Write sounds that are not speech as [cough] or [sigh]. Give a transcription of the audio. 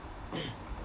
[coughs]